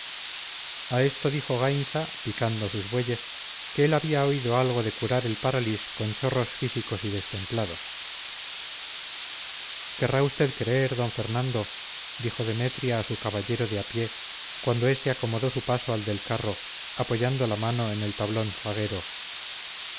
a esto dijo gainza picando sus bueyes que él había oído algo de curar el paralís con chorros físicos y destemplados querrá usted creer d fernando dijo demetria a su caballero de a pie cuando este acomodó su paso al del carro apoyando la mano en el tablón zaguero